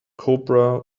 cobra